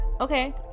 okay